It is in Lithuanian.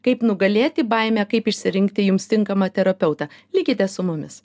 kaip nugalėti baimę kaip išsirinkti jums tinkamą terapeutą likite su mumis